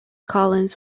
collins